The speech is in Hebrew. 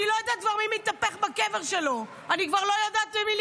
אני כבר לא יודעת מי מתהפך בקבר שלו,